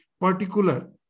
particular